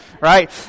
Right